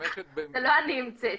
לא אני המצאתי.